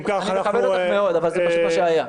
אני מכבד אותך מאוד, אבל זה מה שהיה.